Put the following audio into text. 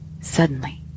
Suddenly